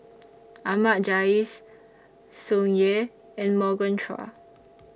Ahmad Jais Tsung Yeh and Morgan Chua